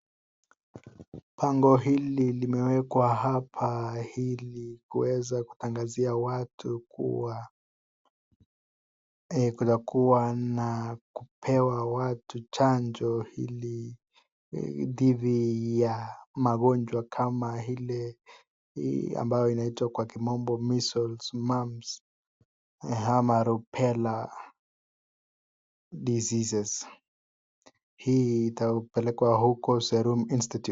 Bango hili limewekwa hapa ilikuweza kutangazia watu kuwa na kupewa watu chanjo dhidi ya majonjwa kama ile ambao inaitwa kwa kimombo Measles mumps , ama rubella diseases . Hii itapelekwa huko serum institute